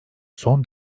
son